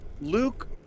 Luke